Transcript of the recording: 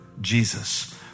Jesus